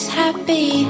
happy